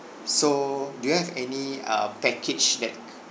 so do you have any uh package that